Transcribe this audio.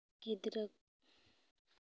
ᱜᱤᱫᱽᱨᱟᱹ